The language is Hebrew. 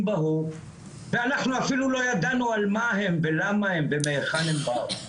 בהוא ואנחנו אפילו לא ידענו על מה הם ולמה הם ומהיכן הם באו,